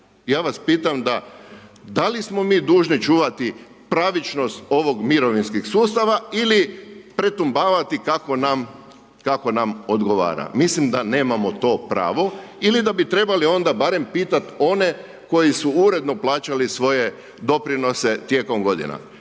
Ja vas pitam da li smo mi dužni čuvati pravičnost ovih mirovinskih sustava ili pretumbavati kako nam odgovara. Mislim da nemamo to pravo ili da bi trebali onda barem pitati one koji su uredno plaćali svoje doprinose tijekom godina.